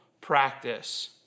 practice